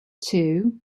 two